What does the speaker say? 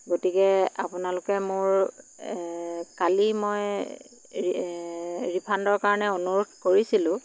গতিকে আপোনালোকে মোৰ কালি মই ৰি ৰিফাণ্ডৰ কাৰণে অনুৰোধ কৰিছিলোঁ